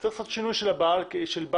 וצריך לעשות שינוי של בעל העסק כי הוא